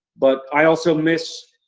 but i also miss